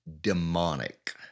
demonic